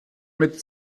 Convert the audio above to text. mit